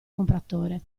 compratore